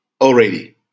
already